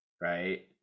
Right